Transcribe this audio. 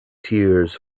tears